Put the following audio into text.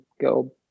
go